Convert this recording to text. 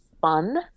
fun